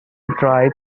dry